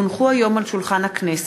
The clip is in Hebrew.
כי הונחו היום על שולחן הכנסת,